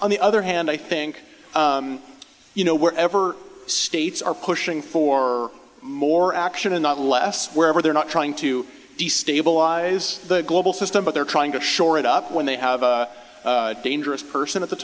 on the other hand i think you know whatever states are pushing for more action and not less wherever they're not trying to destabilize the global system but they're trying to shore it up when they have a dangerous person at the